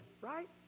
right